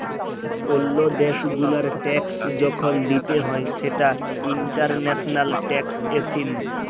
ওল্লো দ্যাশ গুলার ট্যাক্স যখল দিতে হ্যয় সেটা ইন্টারন্যাশনাল ট্যাক্সএশিন